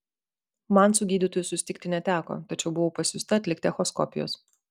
man su gydytoju susitikti neteko tačiau buvau pasiųsta atlikti echoskopijos